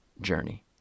journey